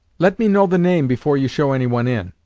let me know the name before you show anyone in